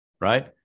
right